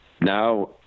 Now